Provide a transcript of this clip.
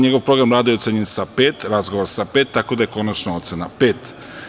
Njegov program rada je ocenjen sa „pet“, razgovor sa „pet“, tako da je konačna ocena „pet“